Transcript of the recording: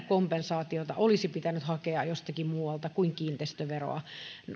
kompensaatiota olisi pitänyt hakea jostakin muualta kuin kiinteistöveroa